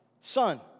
son